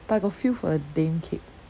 but I got feel for the daim cake